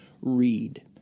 READ